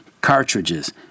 cartridges